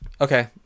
okay